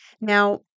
Now